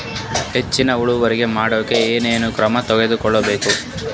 ಹೆಚ್ಚಿನ್ ಇಳುವರಿ ಮಾಡೋಕ್ ಏನ್ ಏನ್ ಕ್ರಮ ತೇಗೋಬೇಕ್ರಿ?